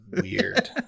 weird